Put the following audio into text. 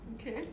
Okay